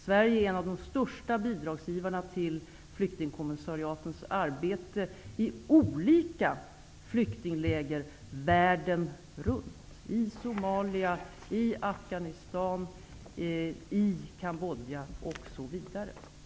Sverige är en av de största bidragsgivarna beträffande flyktingkommissariatens arbete i olika flyktingläger världen runt — i Somalia, i Afghanistan, i Kambodja osv.